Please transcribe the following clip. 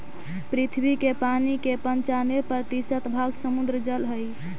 पृथ्वी के पानी के पनचान्बे प्रतिशत भाग समुद्र जल हई